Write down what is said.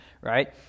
right